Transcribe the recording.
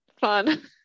fun